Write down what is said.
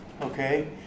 Okay